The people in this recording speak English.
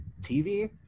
TV